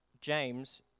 James